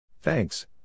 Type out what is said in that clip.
Thanks